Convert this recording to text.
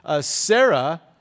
Sarah